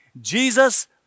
Jesus